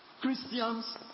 Christians